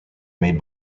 made